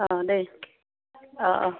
ओह दे ओह ओह